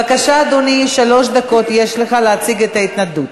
בבקשה, אדוני, יש לך שלוש דקות להציג את ההתנגדות.